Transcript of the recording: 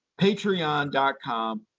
Patreon.com